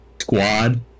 squad